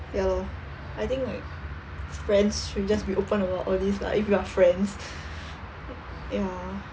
ya lor I think like friends should just be open about all these lah if you're friends ya